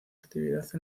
actividad